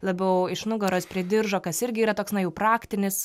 labiau iš nugaros prie diržo kas irgi yra toks na jau praktinis